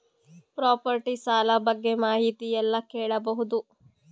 Property ಸಾಲ ಬಗ್ಗೆ ಮಾಹಿತಿ ಎಲ್ಲ ಕೇಳಬಹುದು?